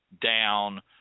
down –